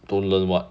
don't learn what